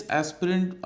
aspirant